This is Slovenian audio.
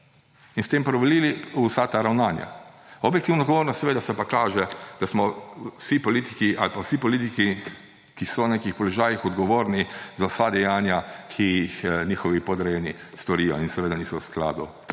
in s tem privolili v vsa ta ravnanja. Objektivna odgovornost seveda se pa kaže, da smo vsi politiki ali pa vsi politiki, ki so na nekih položajih, odgovorni za vsa dejanja, ki jih njihovi podrejeni storijo in ki niso v skladu